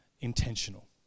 intentional